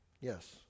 Yes